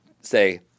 say